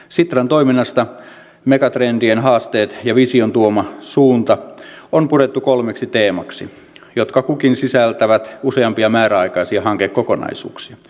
sitran toiminnassa megatrendien haasteet ja vision tuoma suunta on purettu kolmeksi teemaksi jotka kukin sisältävät useampia määräaikaisia hankekokonaisuuksia